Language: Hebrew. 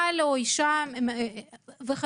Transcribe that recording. בעל או אישה וכדומה.